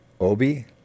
Obi